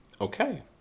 okay